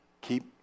Keep